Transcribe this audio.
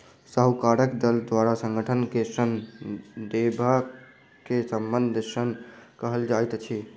साहूकारक दल द्वारा संगठन के ऋण देबअ के संबंद्ध ऋण कहल जाइत अछि